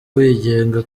wigenga